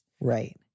Right